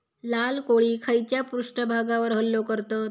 लाल कोळी खैच्या पृष्ठभागावर हल्लो करतत?